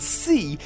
see